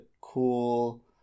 cool